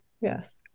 Yes